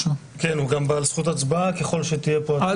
הוא גם בעל זכות הצבעה, ככל שתהיה פה הצבעה.